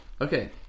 okay